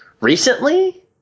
recently